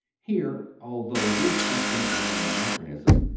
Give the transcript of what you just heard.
here, although it is something of an anach ronism,